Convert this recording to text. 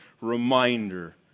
reminder